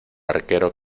arquero